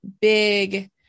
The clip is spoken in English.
big